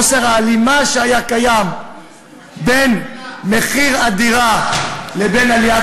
חוסר ההלימה שהיה קיים בין מחיר הדירה לבין עליית